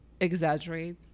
exaggerate